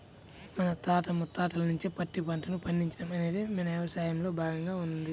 మన తాత ముత్తాతల నుంచే పత్తి పంటను పండించడం అనేది మన యవసాయంలో భాగంగా ఉన్నది